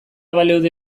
baleude